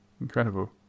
incredible